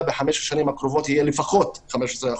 בחמש השנים הקרובות יהיה לפחות 15%,